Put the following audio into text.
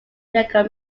legal